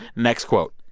next quote,